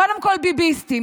קודם כול, "ביביסטים".